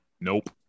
Nope